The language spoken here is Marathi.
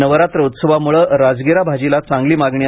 नवरात्र उत्सवामुळे राजगिरा भाजीला चांगली मागणी आहे